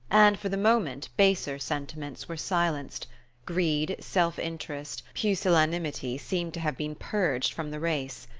and for the moment baser sentiments were silenced greed, self-interest, pusillanimity seemed to have been purged from the race.